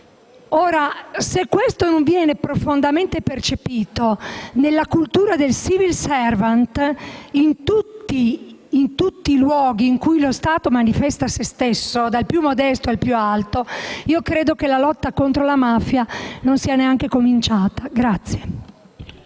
Se ciò non viene profondamente percepito nella cultura del *civil servant*, in tutti i luoghi in cui lo Stato manifesta se stesso, dal più modesto al più alto, allora la lotta contro la mafia non è neanche cominciata.